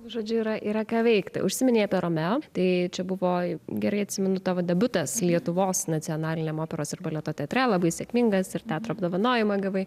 žodžiu yra yra ką veikti užsiminei apie romeo tai čia buvo gerai atsimenu tavo debiutas lietuvos nacionaliniam operos ir baleto teatre labai sėkmingas ir teatro apdovanojimą gavai